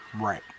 Right